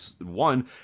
one